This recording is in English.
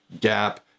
gap